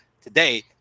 Today